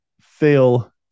fail